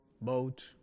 boat